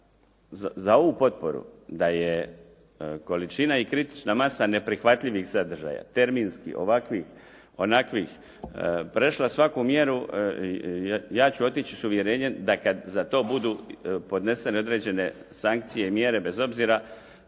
za ovu potporu da je količina i kritična masa neprihvatljivih sadržaja terminski ovakvih, onakvih prešla svaku mjeru ja ću otići s uvjerenjem da kad za to budu podnesene određene sankcije i mjere bez obzira